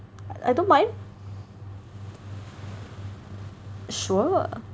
I don't mind sure